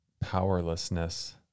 powerlessness